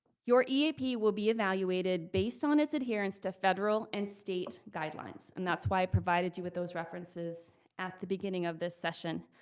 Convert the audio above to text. your eap will be evaluated based on its adherence to federal and state guidelines. and that's why i provided you with those references at the beginning of this session.